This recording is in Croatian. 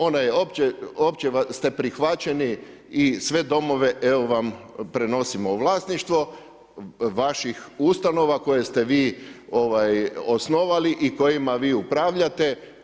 Ona je, opće ste prihvaćeni i sve domove evo vam prenosimo u vlasništvo vaših ustanova koje ste vi osnovali i kojima vi upravljate.